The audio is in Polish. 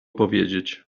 powiedzieć